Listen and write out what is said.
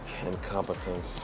Incompetence